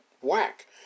whack